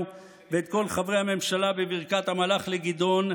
ואת כל חברי הממשלה בברכת המלאך לגדעון: